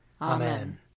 Amen